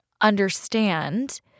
understand